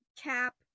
Cap